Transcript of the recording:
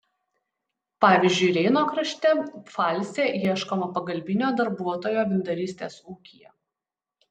pavyzdžiui reino krašte pfalce ieškoma pagalbinio darbuotojo vyndarystės ūkyje